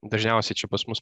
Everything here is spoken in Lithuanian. dažniausiai čia pas mus